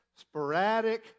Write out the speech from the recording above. sporadic